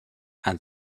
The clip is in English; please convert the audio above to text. and